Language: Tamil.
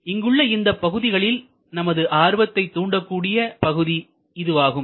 இங்குள்ள இந்த பகுதிகளில் நமது ஆர்வத்தை தூண்டக்கூடிய பகுதி இதுவாகும்